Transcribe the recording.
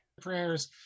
Prayers